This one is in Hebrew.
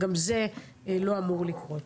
גם זה לא אמור לקרות.